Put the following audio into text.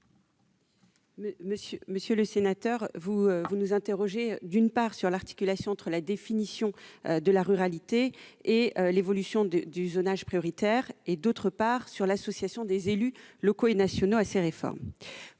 Monsieur le sénateur, vous nous interrogez, d'une part, sur l'articulation entre la définition de la ruralité et l'évolution du zonage prioritaire, et, d'autre part, sur l'association des élus, locaux et nationaux, à ces réformes.